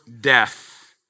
death